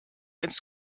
ins